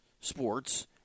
Sports